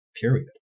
period